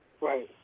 Right